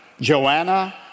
Joanna